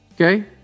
okay